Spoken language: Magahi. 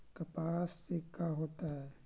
कपास से का होता है?